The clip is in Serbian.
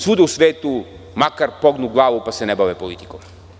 Svuda u svetu, makar pognu glavu pa se ne bave politikom.